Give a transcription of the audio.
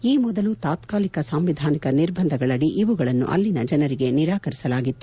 ಈ ಮೊದಲು ತಾತ್ನಾಲಿಕ ಸಾಂವಿಧಾನಿಕ ನಿರ್ಬಂಧಗಳಡಿ ಇವುಗಳನ್ನು ಅಲ್ಲಿನ ಜನರಿಗೆ ನಿರಾಕರಿಸಲಾಗಿತ್ತು